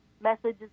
messages